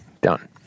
done